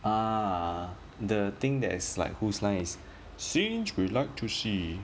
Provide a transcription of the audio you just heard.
ah the thing that is like whose line is scenes we'd like to see